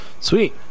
sweet